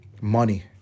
money